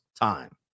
time